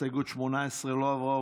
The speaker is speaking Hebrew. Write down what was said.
הסתייגות 18 לא עברה.